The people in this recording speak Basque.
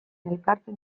ekartzen